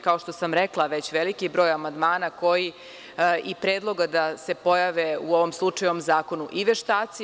Kao što sam već rekla, postoji već veliki broj amandmana i predloga da se pojave u ovom slučaju u ovom zakonu i veštaci.